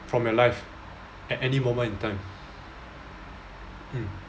from your life at any moment in time mm